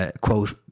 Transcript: quote